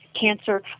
Cancer